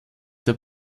der